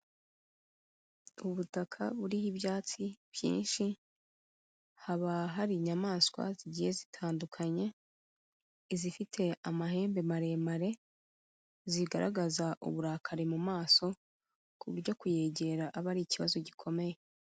Ubutaka buriho ibyatsi byinshi haba hari inyamaswa zigiye zitandukanye, izifite amahembe maremare zigaragaza uburakari mu maso ku buryo kuyegera aba ari ikibazo gikomeye.